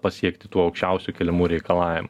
pasiekti tų aukščiausių keliamų reikalavimų